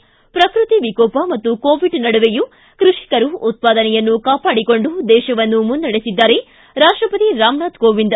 ಿ ಶ್ರಕೃತಿ ವಿಕೋಪ ಮತ್ತು ಕೋವಿಡ್ ನಡುವೆಯೂ ಕೃಷಿಕರು ಉತ್ಪಾದನೆಯನ್ನು ಕಾಪಾಡಿಕೊಂಡು ದೇಶವನ್ನು ಮುನ್ನಡೆಸಿದ್ದಾರೆ ರಾಷ್ಟಪತಿ ರಾಮನಾಥ್ ಕೋವಿಂದ್